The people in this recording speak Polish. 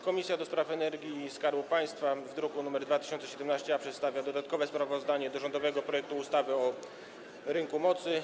Komisja do Spraw Energii i Skarbu Państwa w druku nr 2017-A przedstawia dodatkowe sprawozdanie o rządowym projekcie ustawy o rynku mocy.